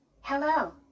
Hello